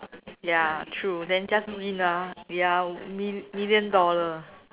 ya true then just win ah ya mil~ million dollar